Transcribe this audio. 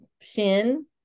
shin